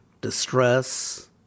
distress